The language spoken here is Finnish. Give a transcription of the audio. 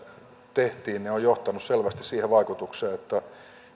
tehtiin on johtanut selvästi siihen vaikutukseen että